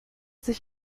sich